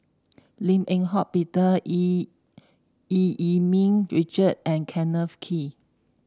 Lim Eng Hock Peter Eu Yee Yee Ming Richard and Kenneth Kee